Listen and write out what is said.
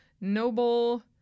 noble